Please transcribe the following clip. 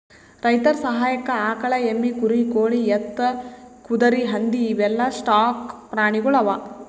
ರೈತರ್ ಸಹಾಯಕ್ಕ್ ಆಕಳ್, ಎಮ್ಮಿ, ಕುರಿ, ಕೋಳಿ, ಎತ್ತ್, ಕುದರಿ, ಹಂದಿ ಇವೆಲ್ಲಾ ಸಾಕ್ ಪ್ರಾಣಿಗೊಳ್ ಅವಾ